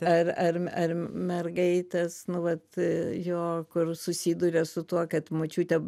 ar ar ar mergaitės nu vat jo kur susiduria su tuo kad močiutė